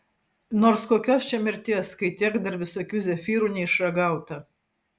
nors kokios čia mirties kai tiek dar visokių zefyrų neišragauta